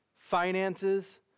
finances